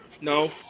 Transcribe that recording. No